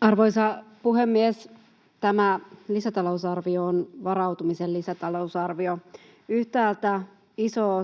Arvoisa puhemies! Tämä lisätalousarvio on varautumisen lisätalousarvio. Yhtäältä iso